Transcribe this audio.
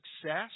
success